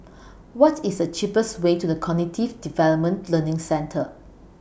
What IS The cheapest Way to The Cognitive Development Learning Centre